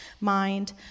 mind